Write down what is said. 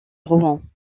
rouen